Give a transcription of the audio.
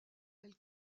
elle